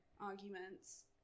arguments